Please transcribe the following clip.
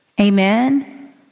Amen